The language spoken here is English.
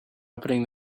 opening